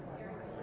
during the